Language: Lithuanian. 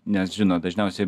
nes žinot dažniausiai